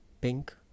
pink